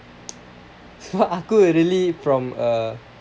sebab aku really from a